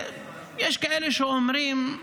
יש כאלה שאומרים,